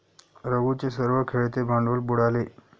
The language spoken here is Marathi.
रघूचे सर्व खेळते भांडवल बुडाले